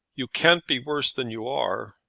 you can't be worse than you are.